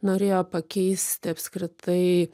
norėjo pakeisti apskritai